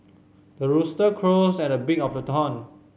the rooster crows at the break of the dawn